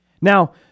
Now